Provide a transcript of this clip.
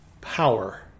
power